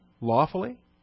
Lawfully